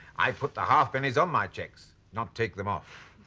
i put the half pennies on my chicks not take them off.